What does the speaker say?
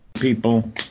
people